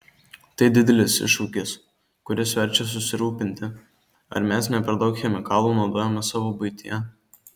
tai didelis iššūkis kuris verčia susirūpinti ar mes ne per daug chemikalų naudojame savo buityje